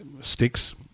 Sticks